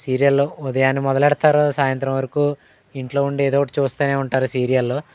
సీరియళ్ళు ఉదయాన్నే మొదలెడతారు సాయంత్రం వరకు ఇంట్లో ఉండి ఏదోకటి చూ స్తనే ఉంటారు సీరియల్లో